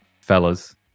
fellas